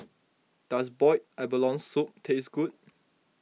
does Boiled Abalone Soup taste good